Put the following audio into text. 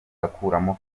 akuramo